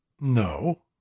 No